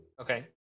Okay